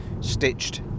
stitched